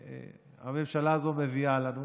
שהממשלה הזו מביאה לנו,